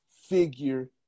figure